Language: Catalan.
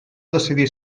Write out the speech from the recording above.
decidir